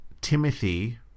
Timothy